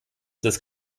des